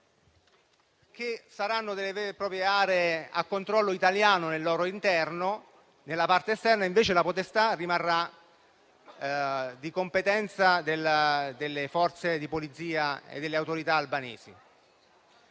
Saranno delle vere e proprie aree a controllo italiano al loro interno; nella parte esterna, invece, la potestà rimarrà di competenza delle Forze di polizia e delle autorità albanesi.